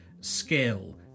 skill